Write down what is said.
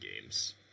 games